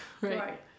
right